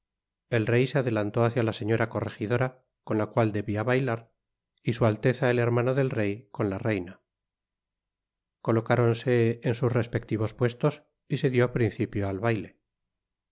el rey se adelantó hácia la señora correjidora con la cual debia bailar y su alteza el hermano del rey con la reina colocáronse en sus respectivos puestos y se dió principio al baile